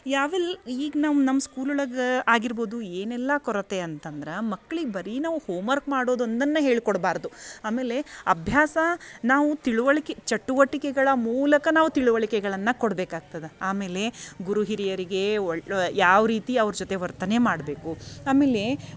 ಯಾವಲ್ ಈಗ ನಮ್ಮ ನಮ್ಮ ಸ್ಕೂಲ್ ಒಳಗ ಆಗಿರ್ಬೋದು ಏನೆಲ್ಲ ಕೊರತೆ ಅಂತಂದ್ರೆ ಮಕ್ಳಿಗೆ ಬರೀ ನಾವು ಹೋಮ್ವರ್ಕ್ ಮಾಡೋದು ಒಂದನ್ನು ಹೇಳ್ಕೊಡಬಾರದು ಆಮೇಲೆ ಅಭ್ಯಾಸ ನಾವು ತಿಳುವಳಿಕೆ ಚಟುವಟಿಕೆಗಳ ಮೂಲಕ ನಾವು ತಿಳುವಳಿಕೆಗಳನ್ನು ಕೊಡಬೇಕಾಗ್ತದ ಆಮೇಲೆ ಗುರು ಹಿರಿಯರಿಗೆ ಒಳ್ಳೆಯ ಯಾವ ರೀತಿ ಅವ್ರ ಜೊತೆ ವರ್ತನೆ ಮಾಡಬೇಕು ಆಮೇಲೆ